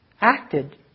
acted